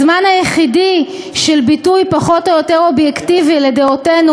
הזמן היחידי של ביטוי פחות או יותר אובייקטיבי לדעותינו